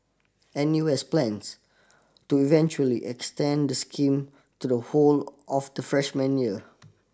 N U S plans to eventually extend the scheme to the whole of the freshman year